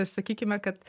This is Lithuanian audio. sakykime kad